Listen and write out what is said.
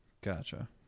Gotcha